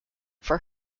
for